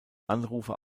anrufer